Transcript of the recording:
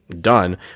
done